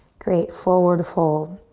great, forward fold.